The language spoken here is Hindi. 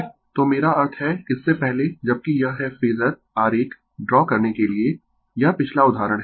Refer Slide Time 0026 तो मेरा अर्थ है इससे पहले जबकि यह है फेजर आरेख ड्रा करने के लिए यह पिछला उदाहरण है